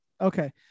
Okay